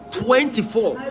twenty-four